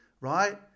right